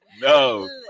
No